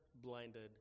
blinded